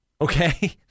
Okay